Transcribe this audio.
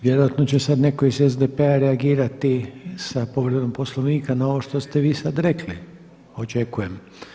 Vjerojatno će sada neko iz SDP-a reagirati sa povredom Poslovnika na ovo što ste vi sada rekli, očekujem.